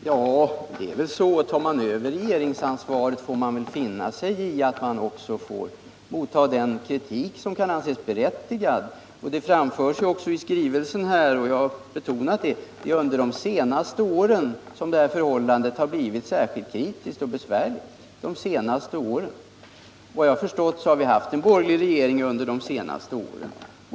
Herr talman! Det är väl så att om man tar över regeringsansvaret får man finna sig i att man också får motta den kritik som kan anses berättigad. Det framförs också i skrivelsen, vilket jag har betonat, att det är under de senaste åren som förhållandena blivit särskilt kritiska och besvärliga. Vad jag har förstått har vi haft en borgerlig regering under de senaste åren.